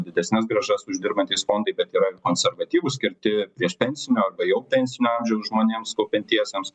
didesnes grąžas uždirbantys fondai bet yra konservatyvūs skirti priešpensinio arba jau pensinio amžiaus žmonėms kaupiantiesiems